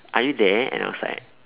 are you there and I was like